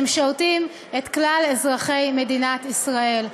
שמשרתים את כלל אזרחי מדינת ישראל.